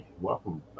Welcome